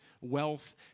wealth